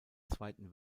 zweiten